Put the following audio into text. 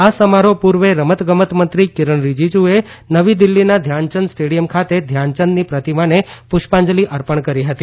આ સમારોહ પુર્વે રમત ગમત મંત્રી કીરણ રીજીજુએ નવી દિલ્ફીના ધ્યાનયંદ સ્ટેડીયમ ખાતે ધ્યાનયંદની પ્રતિમાને પુષ્પાજલી અર્પણ કરી હતી